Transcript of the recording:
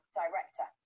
director